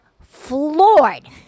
floored